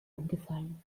umgefallen